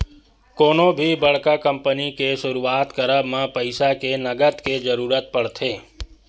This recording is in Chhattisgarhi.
कोनो भी बड़का कंपनी के सुरुवात करब म पइसा के नँगत के जरुरत पड़थे